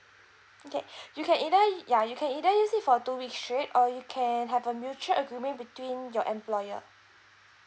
okay you can either ya you can either use it for two weeks straight you can have a mutual agreement between your employer